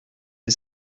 est